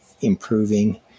improving